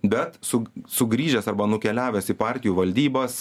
bet su sugrįžęs arba nukeliavęs į partijų valdybos